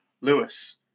Lewis